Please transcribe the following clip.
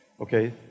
okay